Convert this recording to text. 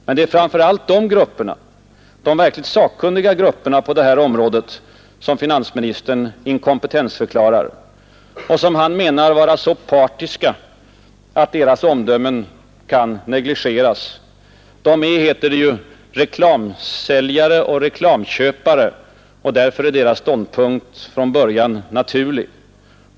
Men det är framför allt de grupperna, de verkligt sakkunniga på området, som finansministern inkompetensförklarar och som han menar vara så partiska att deras omdömen kan negligeras. De är — heter det — ”reklamsäljare och reklamköpare” och därför är deras ståndpunkt från början naturligt negativ.